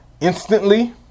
instantly